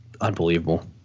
unbelievable